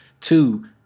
Two